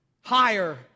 Higher